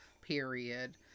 period